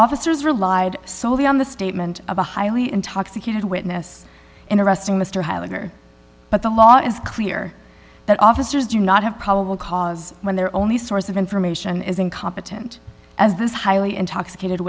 officers relied solely on the statement of a highly intoxicated witness in arresting mr heiliger but the law is clear that officers do not have probable cause when their only source of information is incompetent as this highly intoxicated